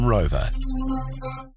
Rover